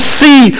see